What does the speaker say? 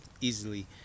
easily